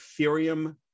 Ethereum